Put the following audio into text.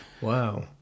Wow